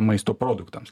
maisto produktams